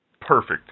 Perfect